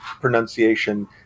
pronunciation